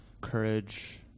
courage